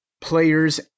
players